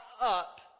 up